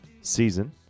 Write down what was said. season